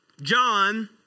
John